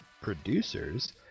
producers